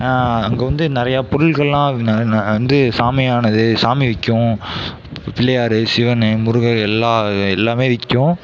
அங்கே வந்து நிறையா பொருள்களெலாம் ந வந்து சாமியானது சாமி விற்கும் பிள்ளையார் சிவன் முருகர் எல்லா எல்லாமே விற்கும்